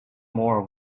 more